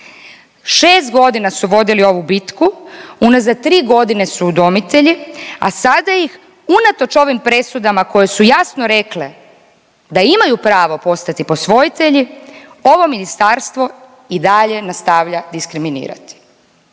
Šest godina su vodili ovu bitku. Unazad tri godine su udomitelji, a sada ih unatoč ovim presudama koje su jasno rekle da imaju pravo postati posvojitelji ovo ministarstvo i dalje nastavlja diskriminirati.